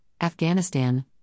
Afghanistan